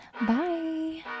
Bye